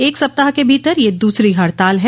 एक सप्ताह के भीतर यह दूसरी हड़ताल है